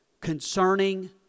concerning